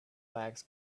legs